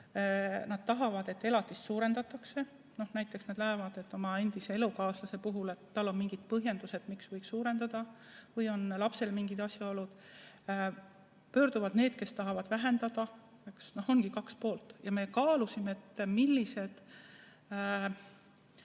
nad tahavad, et elatist suurendataks. Näiteks nad näevad oma endise elukaaslase puhul, et tal on mingid põhjused, miks võiks suurendada, või on lapsel mingid asjaolud. Pöörduvad need, kes tahavad vähendada. Eks ongi kaks poolt. Me kaalusime, kus see